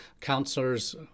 counselors